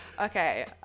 okay